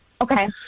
okay